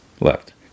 left